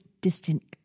distant